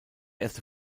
erste